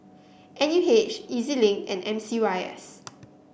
N U H E Z Link and M C Y S